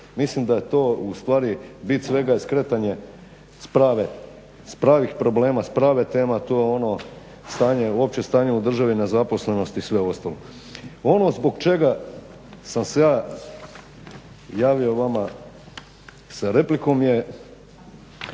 Mislim da je to ustvari bit svega skretanje s pravih problema, s prave teme a to je ono stanje, opće stanje u državi, nezaposlenost i sve ostalo. Ono zbog čega sam se ja javio vama sa replikom je